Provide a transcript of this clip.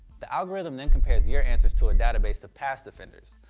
the algorithm then compares your answers to a database of past offenders.